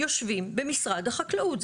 יושבים במשרד החקלאות.